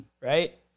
right